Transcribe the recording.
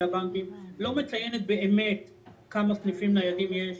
הבנקים לא מציינת באמת כמה סניפים ניידים יש,